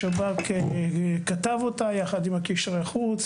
השב"כ כתב אותה יחד עם קשרי חוץ,